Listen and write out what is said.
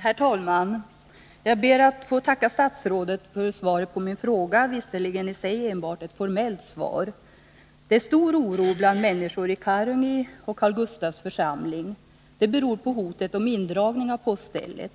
Herr talman! Jag ber att få tacka statsrådet för svaret på min fråga, även om det är ett mycket formellt svar. Det råder stor oro bland människorna i Karungi och Karl Gustavs församling. Det beror på hotet om indragning av poststället.